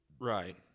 Right